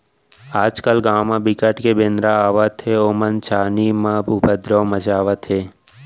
आजकाल गाँव म बिकट के बेंदरा आवत हे ओमन छानही म उपदरो मचावत हे